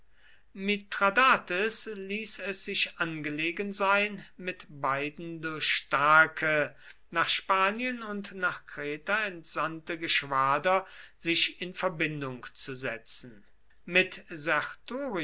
mithradates ließ es sich angelegen sein mit beiden durch starke nach spanien und nach kreta entsandte geschwader sich in verbindung zu setzen mit